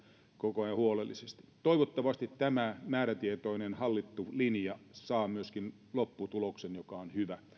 koko ajan huolellisesti toivottavasti tämä määrätietoinen hallittu linja saa myöskin lopputuloksen joka on hyvä